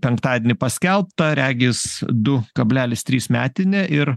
penktadienį paskelbta regis du kablelis trys metinė ir